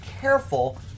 careful